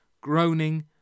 groaning